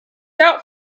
out